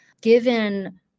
given